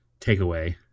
takeaway